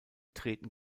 treten